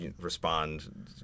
respond